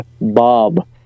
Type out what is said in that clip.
Bob